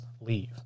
leave